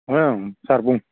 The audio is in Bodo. ओं सार बुं